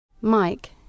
Mike